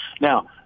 Now